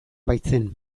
baitzen